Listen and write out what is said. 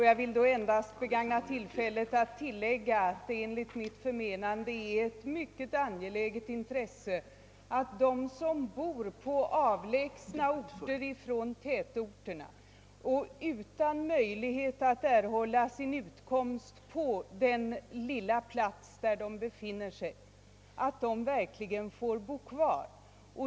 Jag vill endast begagna tillfället att tillägga att det enligt mitt förmenande är ett mycket angeläget intresse att de som bor på avlägsna orter utan möjlighet att erhålla sin utkomst på den lilla plats där de befinner sig verkligen får bo kvar.